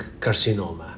carcinoma